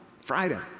Friday